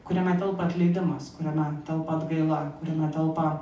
kuriame telpa atleidimas kuriame telpa atgaila gryna talpa